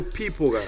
people